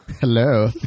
Hello